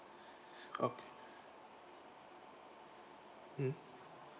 oh mm